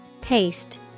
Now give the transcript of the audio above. Paste